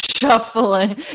Shuffling